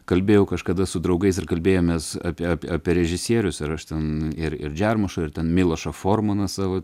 kalbėjau kažkada su draugais ir kalbėjomės apie apie apie režisierius ir aš ten ir ir džermušą ir ten milošą formaną savo